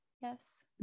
yes